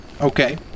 Okay